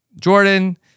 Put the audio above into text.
Jordan